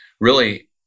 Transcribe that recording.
really-